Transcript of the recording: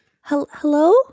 hello